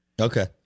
Okay